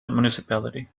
municipality